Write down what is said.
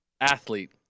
Athlete